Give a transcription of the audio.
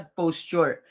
posture